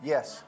Yes